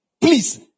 Please